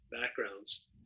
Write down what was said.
backgrounds